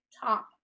top